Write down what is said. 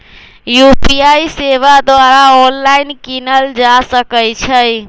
UPI सेवा द्वारा online कीनल जा सकइ छइ